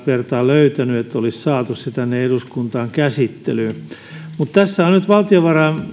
vertaa löytynyt että olisi saatu se tänne eduskuntaan käsittelyyn mutta tässä on nyt